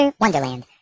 Wonderland